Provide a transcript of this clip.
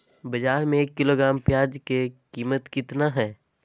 बाजार में एक किलोग्राम प्याज के कीमत कितना हाय?